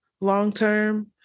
long-term